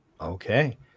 Okay